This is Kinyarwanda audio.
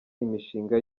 imishinga